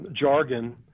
jargon